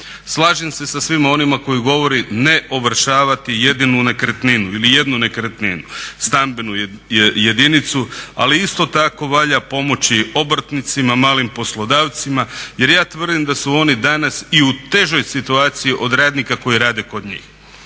Slažem se sa svima onima koji govore ne ovršavati jedinu nekretninu ili jednu nekretninu, stambenu jedinicu, ali isto tako valja pomoći obrtnicima, malim poslodavcima jer ja tvrdim da su oni danas i u težoj situaciji od radnika koji rade kod njih.